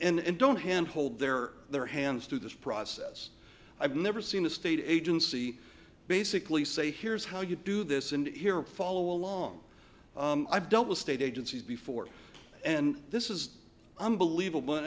and don't hand hold their their hands through this process i've never seen a state agency basically say here's how you do this and here follow along i've dealt with state agencies before and this is unbelievable